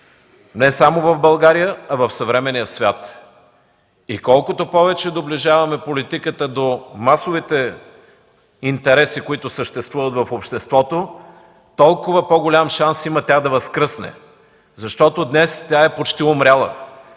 не само в България, а в съвременния свят. Колкото повече доближаваме политиката до масовите интереси, които съществуват в обществото, толкова по-голям шанс има тя да възкръсне, защото днес тя е почти умряла.